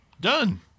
Done